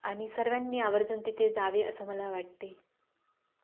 आणि सर्वांनी आवर्जून तिथे जावे असं मला वाटते